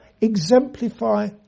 exemplify